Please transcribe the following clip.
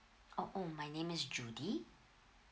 oo oh my name is judy